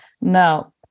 Now